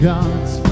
God's